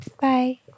bye